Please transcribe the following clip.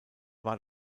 war